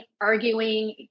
arguing